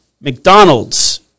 McDonald's